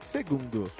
Segundo